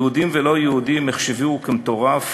יהודים ולא יהודים החשיבוהו למטורף,